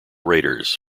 raiders